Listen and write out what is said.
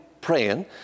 praying